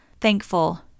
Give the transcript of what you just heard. thankful